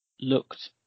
looked